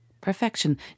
Perfection